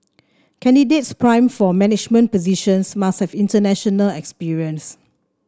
candidates primed for management positions must have international experience